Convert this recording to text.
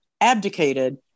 abdicated